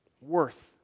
worth